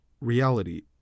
Reality